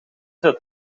zet